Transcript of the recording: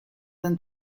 den